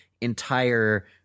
entire –